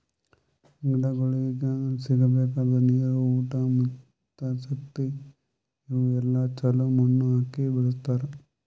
ಗಿಡಗೊಳಿಗ್ ಸಿಗಬೇಕಾದ ನೀರು, ಊಟ ಮತ್ತ ಶಕ್ತಿ ಇವು ಎಲ್ಲಾ ಛಲೋ ಮಣ್ಣು ಹಾಕಿ ಬೆಳಸ್ತಾರ್